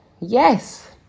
yes